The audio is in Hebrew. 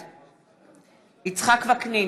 בעד יצחק וקנין,